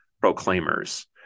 proclaimers